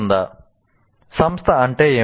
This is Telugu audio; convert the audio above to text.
' సంస్థ అంటే ఏమిటి